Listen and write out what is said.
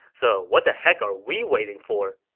so what the heck are we waiting for?